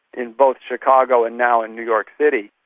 in both chicago and now in new york city.